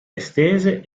estese